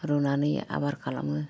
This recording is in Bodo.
रुनानै आबार खालामो